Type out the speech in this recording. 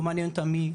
לא מעניין אותה מי,